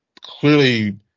clearly